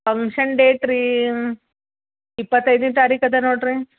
function date ರೀ ಇಪ್ಪತ್ತೈದನೇ ತಾರೀಕು ಅದ ನೋಡಿರಿ